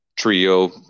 Trio